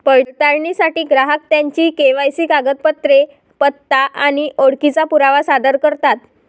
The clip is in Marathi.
पडताळणीसाठी ग्राहक त्यांची के.वाय.सी कागदपत्रे, पत्ता आणि ओळखीचा पुरावा सादर करतात